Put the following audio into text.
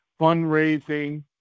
fundraising